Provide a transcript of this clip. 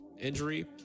injury